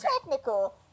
technical